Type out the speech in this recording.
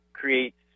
creates